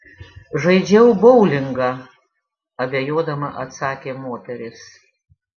žaidžiau boulingą abejodama atsakė moteris